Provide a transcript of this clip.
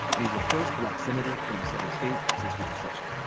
and he's the first black senator from a southern state since reconstruction.